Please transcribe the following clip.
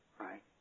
right